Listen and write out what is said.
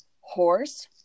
horse